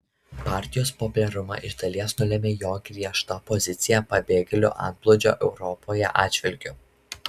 partijos populiarumą iš dalies nulėmė jo griežta pozicija pabėgėlių antplūdžio europoje atžvilgiu